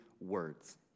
words